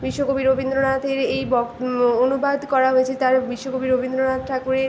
বিশ্বকবি রবীন্দ্রনাথের এই ব অনুবাদ করা হয়েছে তার বিশ্বকবি রবীন্দ্রনাথ ঠাকুরের